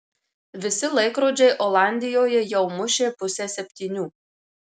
visi laikrodžiai olandijoje jau mušė pusę septynių